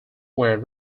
were